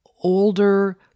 older